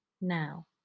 now